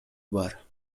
бар